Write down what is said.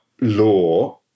law